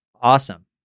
Awesome